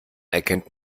erkennt